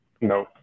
No